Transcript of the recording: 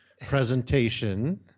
presentation